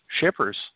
shippers